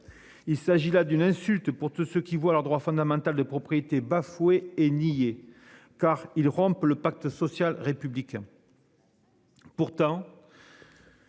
Il s'agit là d'une insulte pour tous ceux qui voient leur droit fondamental de propriété bafoué et nié car ils rompent le pacte social républicain.